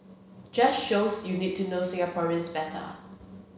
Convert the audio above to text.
just shows you need to know Singaporeans better